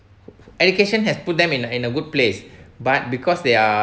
education have put them in in a good place but because they are